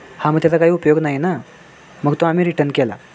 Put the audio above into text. हा मग त्याचा काही उपयोग नाही ना मग तो आम्ही रिटर्न केला